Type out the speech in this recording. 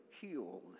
healed